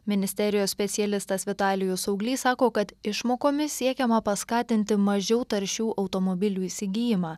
ministerijos specialistas vitalijus auglys sako kad išmokomis siekiama paskatinti mažiau taršių automobilių įsigijimą